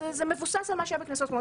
זה מבוסס על מה שהיה בכנסות קודמות.